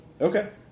Okay